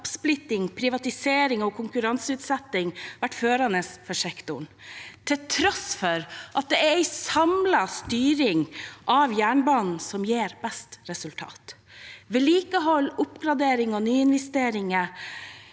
oppsplitting, privatisering og konkurranseutsetting vært førende for sektoren, til tross for at det er en samlet styring av jernbanen som gir best resultat. Vedlikehold, oppgradering og nyinvesteringer